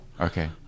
Okay